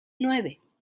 nueve